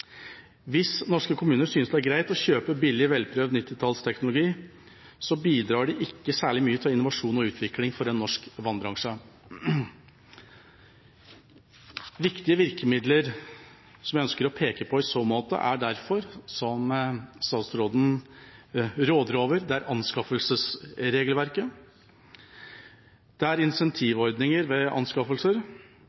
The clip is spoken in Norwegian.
Hvis norske kommuner synes det er greit å kjøpe billig, velprøvd 1990-tallsteknologi, bidrar de ikke særlig mye til innovasjon og utvikling for en norsk vannbransje. Viktige virkemidler som jeg i så måte ønsker å peke på, og som statsråden råder over, er derfor: Anskaffelsesregelverket. Incentivordninger ved anskaffelser.